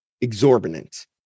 exorbitant